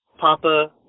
Papa